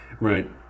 Right